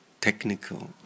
technical